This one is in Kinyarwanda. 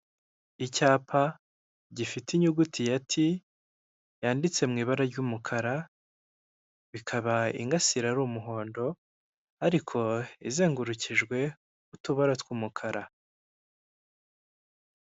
Icyapa gifite inyuguti ya ti yanditse mu ibara ry'umukara, bikaba ingasire ari umuhondo ariko izengurukijwe n'utubara tw'umukara.